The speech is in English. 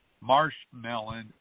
marshmallow